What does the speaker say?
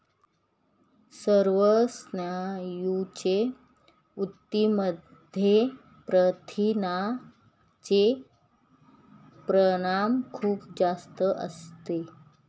सर्व स्नायूंच्या ऊतींमध्ये प्रथिनांचे प्रमाण खूप जास्त असते